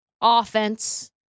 offense